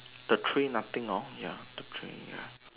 the three nothing orh ya the three ya